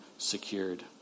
Secured